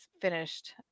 finished